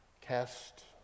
cast